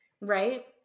right